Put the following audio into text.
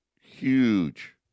huge